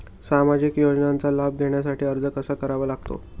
सामाजिक योजनांचा लाभ घेण्यासाठी अर्ज कसा करावा लागतो?